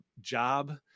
job